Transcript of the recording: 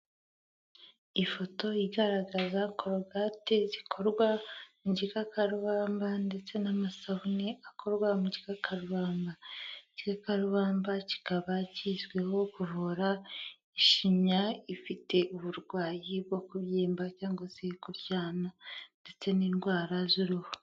Ifoto igaragaza korogate zikorwa mu gikakarubamba ndetse n'amasabune akorwa mu gikakarubamba. Igikakarubamba kikaba kizwiho kuvura ishinya ifite uburwayi bwo kubyimba cyangwa se kuryana, ndetse n'indwara z'uruhu.